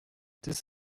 this